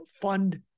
fund